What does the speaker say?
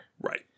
Right